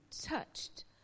touched